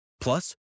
Plus